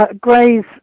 Gray's